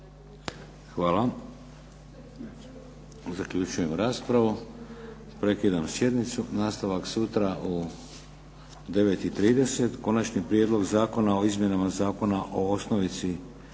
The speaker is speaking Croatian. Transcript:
Hvala. Zaključujem raspravu. Prekidam sjednicu. Nastavak sutra u 9,30 Konačni prijedlog Zakona o izmjenama Zakona o osnovici